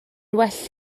well